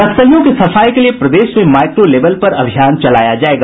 नक्सलियों के सफाये के लिये प्रदेश में माइक्रो लेवल पर अभियान चलाया जायेगा